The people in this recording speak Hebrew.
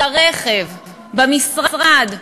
ברכב, במשרד,